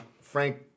Frank